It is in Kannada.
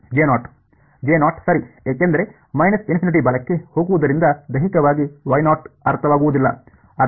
ಸರಿ ಏಕೆಂದರೆ ಬಲಕ್ಕೆ ಹೋಗುವುದರಿಂದ ದೈಹಿಕವಾಗಿ ಅರ್ಥವಾಗುವುದಿಲ್ಲ